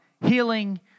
healing